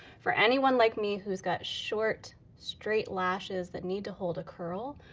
for anyone like me who's got short straight lashes that need to hold a curl,